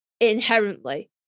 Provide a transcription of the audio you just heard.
Inherently